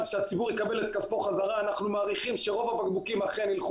אני מכבד מאוד את ההחלטה של השרה ואנחנו נמשיך למחזר אריזות